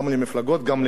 גם לכנסת,